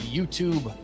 YouTube